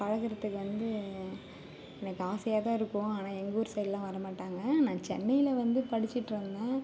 பழகுறதுக்கு வந்து எனக்கு ஆசையாகதான் இருக்கும் ஆனால் எங்க ஊரு சைட்டெலாம் வரமாட்டாங்க நான் சென்னையில் வந்து படிச்சுட்டுருந்தேன்